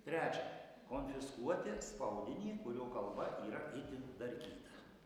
trečia konfiskuoti spaudinį kurio kalba yra itin darkyta